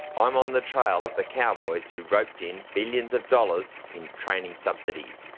i'm on the trail of the cowboys who roped in billions of dollars in training subsidies.